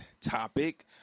topic